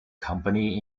company